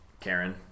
Karen